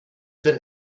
been